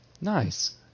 Nice